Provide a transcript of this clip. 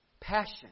passion